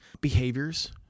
behaviors